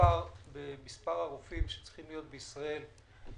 מספר הרופאים שצריך להיות בישראל,